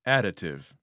Additive